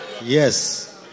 Yes